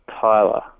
Tyler